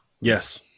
Yes